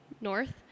North